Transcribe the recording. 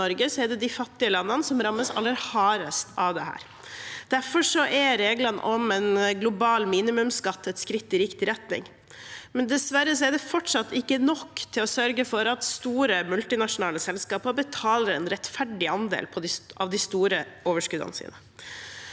det er de fattige landene som rammes aller hardest av dette. Derfor er reglene om en global minimumsskatt et skritt i riktig retning, men dessverre er det fortsatt ikke nok til å sørge for at store multinasjonale selskaper betaler en rettferdig andel av de store overskuddene sine.